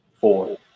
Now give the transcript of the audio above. four